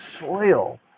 soil